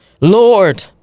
Lord